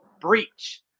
breach